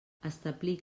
establir